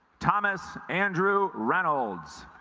thomas andrew reynolds